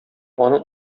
аның